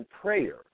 prayer